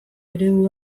eredu